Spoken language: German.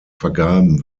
vergraben